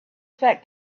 fact